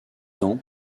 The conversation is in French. temps